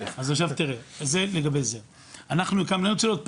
אני רוצה להיות פרקטי,